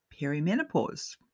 perimenopause